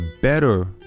better